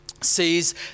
sees